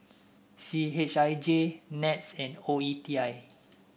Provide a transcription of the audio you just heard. C H I J NETS and O E T I